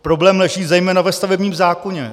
Problém leží zejména ve stavebním zákoně.